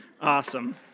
awesome